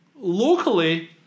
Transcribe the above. Locally